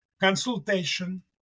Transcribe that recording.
consultation